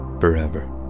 forever